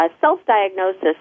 self-diagnosis